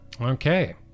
Okay